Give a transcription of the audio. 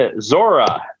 Zora